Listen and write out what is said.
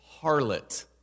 harlot